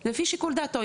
זה לפי שיקול דעתו.